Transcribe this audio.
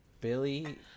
Billy